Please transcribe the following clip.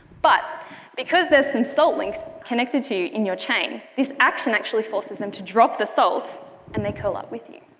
but because there is some salt links connected to you in your chain, this action actually forces them to drop the salt and they curl up with you.